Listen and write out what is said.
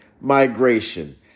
migration